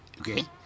Okay